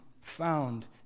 found